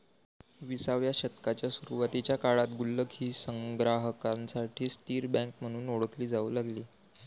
विसाव्या शतकाच्या सुरुवातीच्या काळात गुल्लक ही संग्राहकांसाठी स्थिर बँक म्हणून ओळखली जाऊ लागली